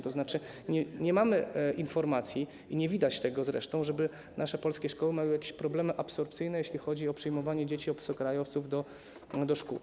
To znaczy, że nie mamy informacji i zresztą nie widać tego, żeby nasze polskie szkoły miały jakieś problemy absorpcyjne, jeśli chodzi o przyjmowanie dzieci obcokrajowców do szkół.